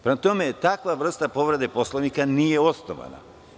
Prema tome, takva vrsta povrede Poslovnika nije osnovana.